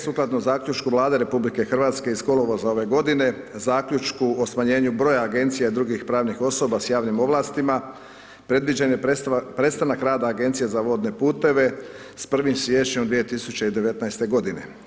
Sukladno zaključku Vlade RH iz kolovoza ove godine, zaključku o smanjenju broja agencija i drugih pravnih osoba sa javnim ovlastima predviđen je prestanak rada Agencije za vodne puteve s 1. siječnjem 2019. godine.